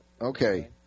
Okay